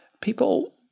people